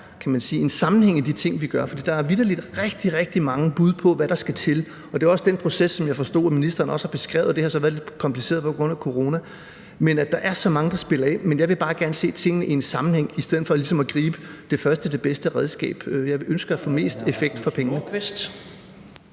en sammenhæng i de ting, vi gør. For der er vitterlig rigtig, rigtig mange bud på, hvad der skal til, og det er også den proces, som jeg forstod ministeren også har beskrevet, og som så har været lidt kompliceret på grund af corona. Der er så mange, der spiller ind, men jeg vil bare gerne se tingene i en sammenhæng i stedet for ligesom at gribe det første det bedste redskab. Jeg ønsker at få mest effekt for pengene.